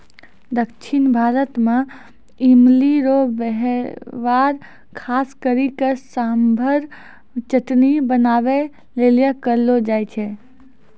दक्षिण भारत मे इमली रो वेहवार खास करी के सांभर चटनी बनाबै लेली करलो जाय छै